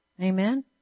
Amen